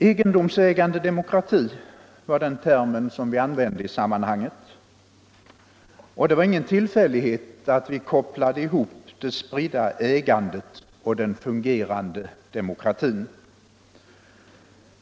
Egendomsägande demokrati var den term vi använde i sammanhanget, och det var ingen tillfällighet att vi kopplade ihop det spridda ägandet och den fungerande demokratin.